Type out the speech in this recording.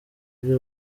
uri